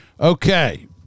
Okay